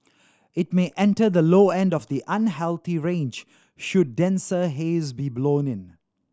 it may enter the low end of the unhealthy range should denser haze be blown in